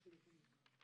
זה החינוך המיוחד.